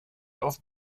auf